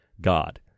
God